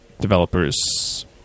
developers